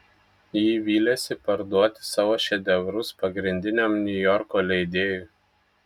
ji vylėsi parduoti savo šedevrus pagrindiniam niujorko leidėjui